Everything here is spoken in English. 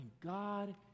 God